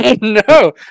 No